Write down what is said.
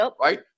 right